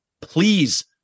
please